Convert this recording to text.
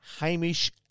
Hamish